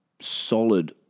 Solid